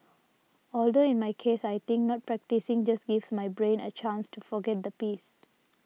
although in my case I think not practising just gives my brain a chance to forget the piece